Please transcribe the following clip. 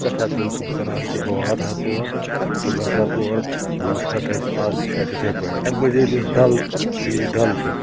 سٮ۪ٹھاہ دِل چھُم کَران کہِ بہٕ واتہٕ ہا تور بہٕ گَژھٕ ہا تور بہٕ وٕچھٕ ہا تَتہِ آز تہِ چھا تِتھٕے پٲٹھۍ اَمہِ مٔزیٖد یُس ڈَل جیٖلہِ ڈَل چھُ